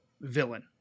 villain